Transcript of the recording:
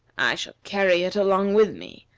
i shall carry it along with me,